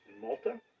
Malta